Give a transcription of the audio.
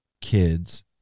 kids